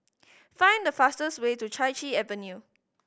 find the fastest way to Chai Chee Avenue